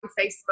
Facebook